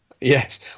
Yes